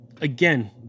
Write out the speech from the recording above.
Again